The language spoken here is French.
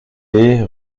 est